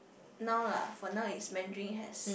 now lah for now is Mandarin has